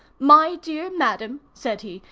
my dear madam, said he,